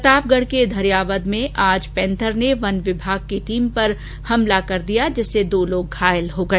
प्रतापगढ के धरियावद में आज पैंथर ने वन विभाग की टीम पर हमला कर दिया जिससे दो लोग घायल हो गए